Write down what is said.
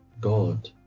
God